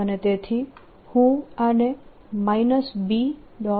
અને તેથી હું આને B